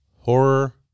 horror